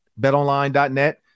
betonline.net